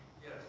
Yes